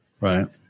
Right